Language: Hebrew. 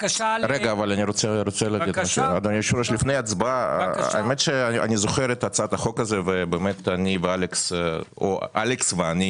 אני זוכר את הצעת החוק הזאת ובאמת אלכס ואני